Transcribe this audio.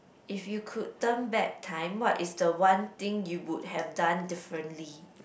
if you could turn back time what is the one thing you would have done differently